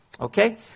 Okay